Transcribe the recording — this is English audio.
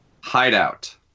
Hideout